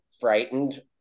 frightened